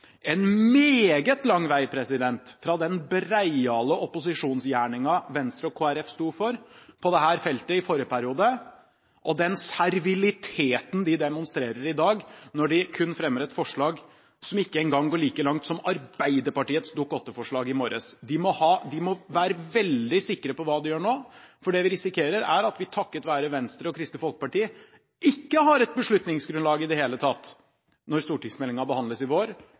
en meget lang vei – fra den breiale opposisjonsgjerningen Venstre og Kristelig Folkeparti sto for på dette feltet i forrige periode, og til den serviliteten de demonstrerer i dag, når de kun fremmer et forslag som ikke engang går like langt som Arbeiderpartiets Dokument 8-forslag som ble lagt fram i morges. De må være veldig sikre på hva de gjør nå, for det vi risikerer, er at vi takket være Venstre og Kristelig Folkeparti ikke har et beslutningsgrunnlag i det hele tatt når stortingsmeldingen behandles